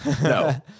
No